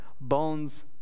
bones